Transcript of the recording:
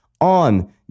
on